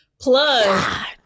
Plus